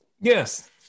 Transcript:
Yes